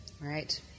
Right